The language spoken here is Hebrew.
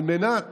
על מנת